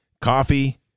coffee